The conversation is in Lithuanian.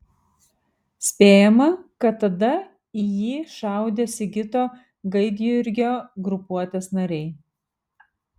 spėjama kad tada į jį šaudė sigito gaidjurgio grupuotės nariai